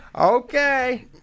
Okay